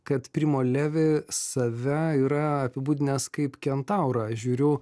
kad primo levi save yra apibūdinęs kaip kentaurą žiūriu